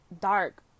dark